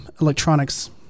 electronics